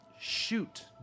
Shoot